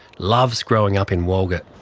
loves growing up in walgett.